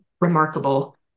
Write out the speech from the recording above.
remarkable